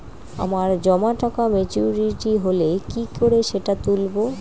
আমার জমা টাকা মেচুউরিটি হলে কি করে সেটা তুলব?